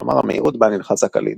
כלומר המהירות בה נלחץ הקליד.